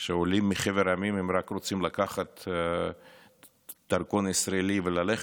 שהעולים מחבר העמים רק רוצים לקחת דרכון ישראלי וללכת.